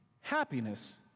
Happiness